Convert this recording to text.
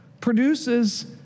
produces